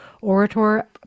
orator